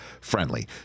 friendly